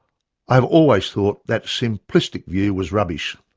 i have always thought that simplistic view was rubbish.